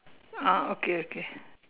ah okay okay